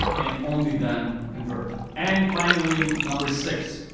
and only then convert. and finally, number six.